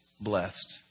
blessed